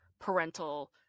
parental